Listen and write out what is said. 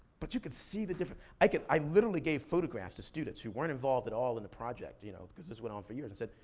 but you can see the difference. i can, i literally gave photographs to students who weren't involved at all in the project, you know, cause this went on for years. i said,